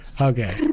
Okay